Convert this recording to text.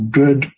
good